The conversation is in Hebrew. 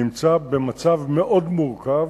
במצב מאוד מורכב.